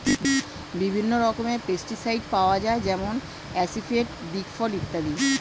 বিভিন্ন রকমের পেস্টিসাইড পাওয়া যায় যেমন আসিফেট, দিকফল ইত্যাদি